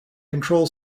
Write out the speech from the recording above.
control